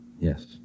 Yes